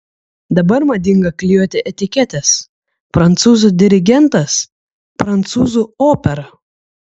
dabar madinga klijuoti etiketes prancūzų dirigentas prancūzų opera